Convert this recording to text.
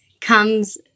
comes